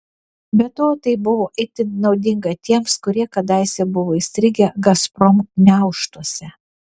be to tai buvo itin naudinga tiems kurie kadaise buvo įstrigę gazprom gniaužtuose